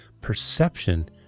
perception